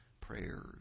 prayers